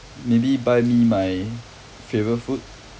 maybe buy me my favourite food